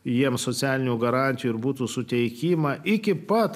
jiems socialinių garantijų ir butų suteikimą iki pat